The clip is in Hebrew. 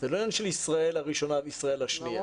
זה לא עניין של ישראל הראשונה וישראל השנייה.